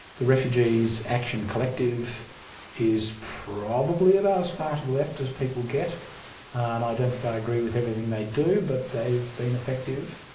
the refugees action collective is probably about as far to the left as people get and i don't think i agree with everything they do but they've been effective.